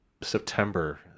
September